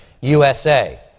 USA